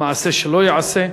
מעשה שלא ייעשה.